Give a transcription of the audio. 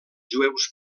jueus